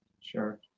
Sure